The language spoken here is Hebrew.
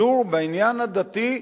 בעניין הדתי,